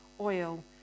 oil